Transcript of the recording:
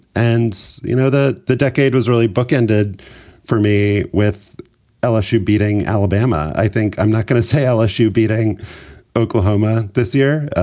and, you know, the the decade was really bookended for me with lsu beating alabama. i think i'm not going to say lsu beating oklahoma this year.